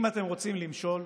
אם אתם רוצים למשול,